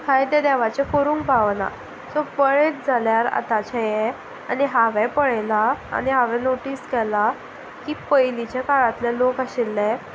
कांय तें देवाचें करूंक पावना सो पळयत जाल्यार आतांचें हें आनी हांवें पळयलां आनी हांवें नोटीस केलां की पयलींच्या काळांतले लोक आशिल्ले